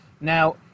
Now